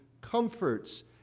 comforts